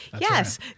yes